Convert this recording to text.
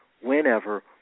whenever